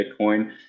bitcoin